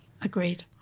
Agreed